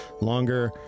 longer